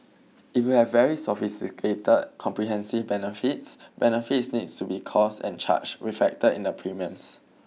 if you have very sophisticated comprehensive benefits benefits needs to be cost and charged reflected in the premiums